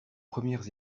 premières